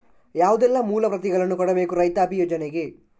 ಯಾವುದೆಲ್ಲ ಮೂಲ ಪ್ರತಿಗಳನ್ನು ಕೊಡಬೇಕು ರೈತಾಪಿ ಯೋಜನೆಗೆ?